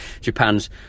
Japan's